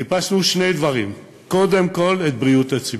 חיפשנו שני דברים: קודם כול, את בריאות הציבור.